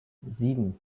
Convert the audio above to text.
sieben